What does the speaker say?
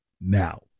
now